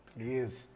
Please